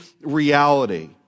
reality